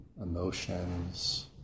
Emotions